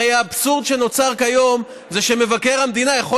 הרי האבסורד שנוצר כיום זה שמבקר המדינה יכול